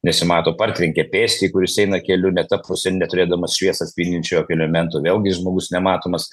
nesimato partrenkė pėstįjį kuris eina keliu neta puse neturėdamas šviesą atspindinčių apie elementų vėlgi žmogus nematomas